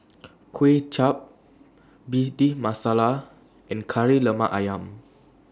Kway Chap Bhindi Masala and Kari Lemak Ayam